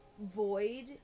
void